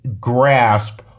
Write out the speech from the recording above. grasp